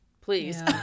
please